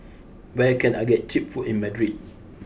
where can I get cheap food in Madrid